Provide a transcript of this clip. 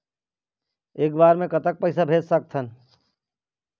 एक बार मे कतक पैसा भेज सकत हन?